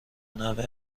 نحوه